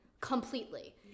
Completely